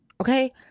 okay